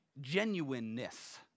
genuineness